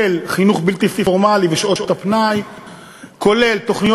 חינוך בלתי פורמלי בשעות הפנאי ותוכניות